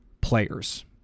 players